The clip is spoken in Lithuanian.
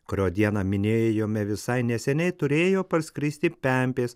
kurio dieną minėjome visai neseniai turėjo parskristi pempės